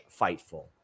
fightful